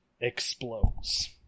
explodes